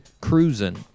Cruising